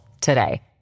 today